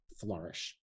flourish